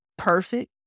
perfect